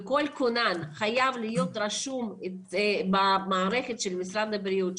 כל כונן חייב להיות רשום במערכת של משרד הבריאות.